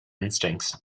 instincts